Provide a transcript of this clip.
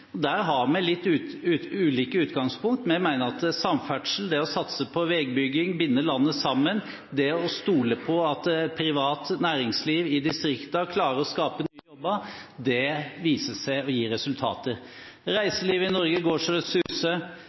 distriktspolitikken. Der har vi litt ulike utgangspunkt, men jeg mener at samferdsel, det å satse på veibygging, binde landet sammen, det å stole på at privat næringsliv i distriktene klarer å skape nye jobber, viser seg å gi resultater. Reiselivet i Norge går så det suser,